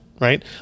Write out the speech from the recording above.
right